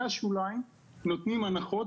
ממש בשולי השוליים נותנים הנחות.